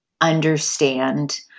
understand